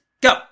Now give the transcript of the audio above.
go